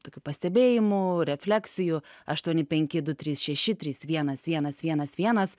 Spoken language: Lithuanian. tokių pastebėjimų refleksijų aštuoni penki du trys šeši trys vienas vienas vienas vienas